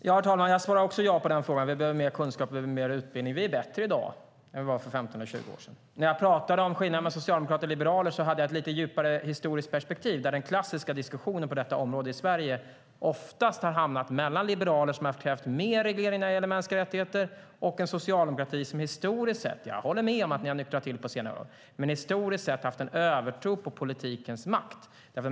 Herr talman! Jag svarar också ja på den frågan. Vi behöver mer kunskap. Vi behöver mer utbildning. Vi är bättre i dag än vi var för 15 eller 20 år sedan. När jag pratade om skillnaden mellan socialdemokrater och liberaler hade jag ett lite djupare historiskt perspektiv. Den klassiska diskussionen på detta område i Sverige har oftast varit mellan liberaler som har krävt mer reglering när det gäller mänskliga rättigheter och en socialdemokrati som historiskt sett - jag håller med om att ni har nyktrat till på senare år - har haft en övertro på politikens makt.